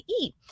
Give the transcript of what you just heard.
eat